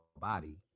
body